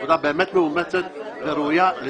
עבודה מאומצת וראויה לשבח.